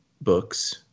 books